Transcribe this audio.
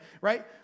right